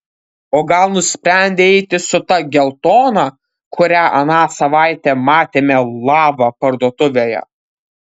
o gal nusprendei eiti su ta geltona kurią aną savaitę matėme lava parduotuvėje